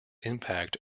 impact